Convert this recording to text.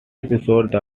episode